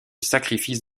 sacrifice